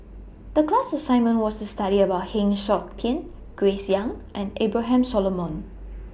The class assignment was to study about Heng Siok Tian Grace Young and Abraham Solomon